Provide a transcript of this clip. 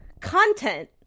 content